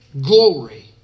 glory